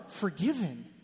forgiven